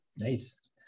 Nice